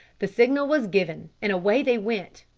the signal was given, and away they went.